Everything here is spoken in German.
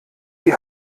die